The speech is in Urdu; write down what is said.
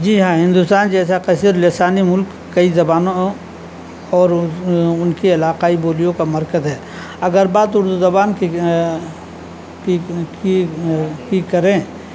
جی ہاں ہندوستان جیسا کثیر لسانی ملک کئی زبانوں اور اس ان کی علاقائی بولیوں کا مرکز ہے اگر بات اردو زبان کی کی کی کریں